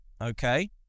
Okay